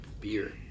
Beer